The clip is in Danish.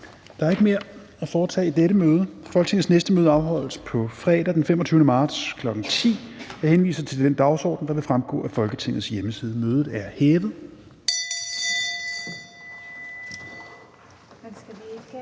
Der er ikke mere at foretage i dette møde. Folketingets næste møde afholdes på fredag, den 25. marts 2022, kl. 10.00. Jeg henviser til den dagsorden, der vil fremgå af Folketingets hjemmeside. Mødet er hævet.